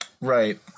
Right